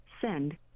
Send